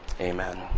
Amen